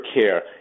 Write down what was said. care